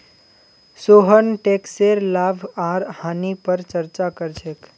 सोहन टैकसेर लाभ आर हानि पर चर्चा कर छेक